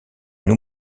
nous